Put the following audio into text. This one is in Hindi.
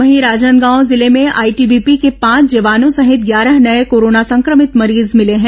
वहीं राजनादगांव जिले में आईटीबीपी के पांच जवानों सहित ग्यारह नये कोरोना संक्रमित मरीज मिले हैं